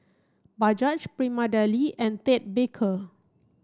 Bajaj Prima Deli and Ted Baker